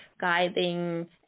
guiding